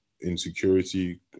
insecurity